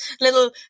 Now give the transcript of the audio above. little